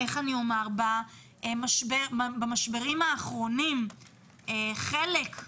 במשברים האחרונים חלק,